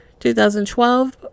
2012